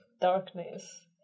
darkness